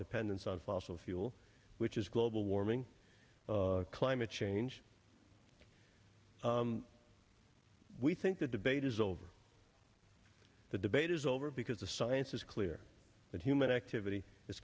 dependence on fossil fuel which is global warming climate change we think the debate is over the debate is over because the science is clear that human activity i